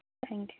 thank you